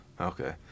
Okay